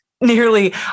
nearly